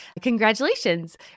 Congratulations